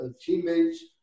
Teammates